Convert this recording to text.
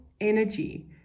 energy